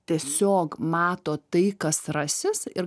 tiesiog mato tai kas rasis ir